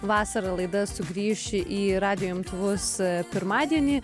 vasara laida sugrįš į radijo imtuvus pirmadienį